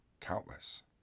countless